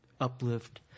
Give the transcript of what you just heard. uplift